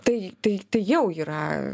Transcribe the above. tai tai tai jau yra